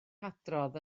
hadrodd